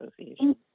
Association